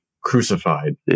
crucified